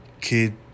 kid